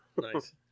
Nice